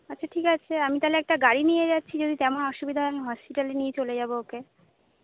আচ্ছা ঠিক আছে আমি তাহলে একটা গাড়ি নিয়ে যাচ্ছি যদি তেমন অসুবিধা হয় আমি হসপিটালে নিয়ে চলে যাব ওকে